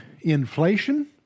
inflation